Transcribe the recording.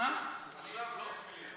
רוצה דיון במליאה.